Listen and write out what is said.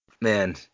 man